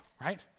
right